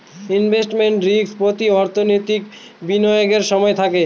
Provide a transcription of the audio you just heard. investment risk প্রতি অর্থনৈতিক বিনিয়োগের সময় থাকে